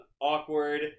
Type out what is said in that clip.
awkward